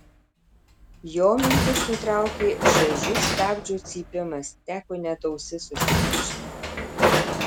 jo mintis nutraukė šaižus stabdžių cypimas teko net ausis užsikimšti